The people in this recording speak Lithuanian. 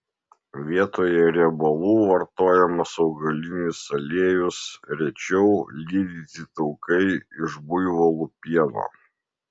vietoje riebalų vartojamas augalinis aliejus rečiau lydyti taukai iš buivolų pieno